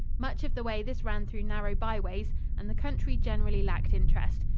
much of the way this ran through narrow byways and the country generally lacked interest.